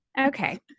Okay